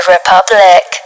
Republic